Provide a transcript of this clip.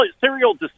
serial